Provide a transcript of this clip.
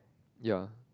ya